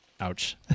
ouch